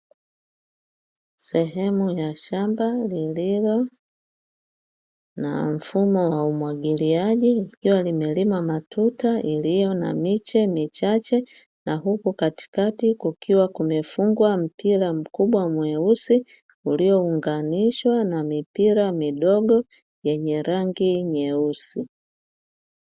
Sehemu ya shamba lililo na mfumo wa umwagiliaji, likiwa limelimwa matuta iliyo na miche michache, na huku katikati kukiwa kumefungwa mpira mkubwa mweusi, uliyounganishwa na mipira midogo yenye rangi nyeusi.